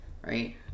Right